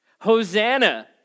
Hosanna